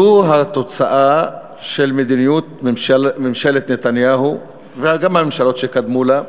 זו התוצאה של מדיניות ממשלת נתניהו וגם הממשלות שקדמו לה,